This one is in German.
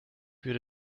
würde